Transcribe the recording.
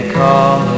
call